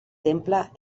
temple